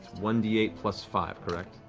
one d eight plus five, correct?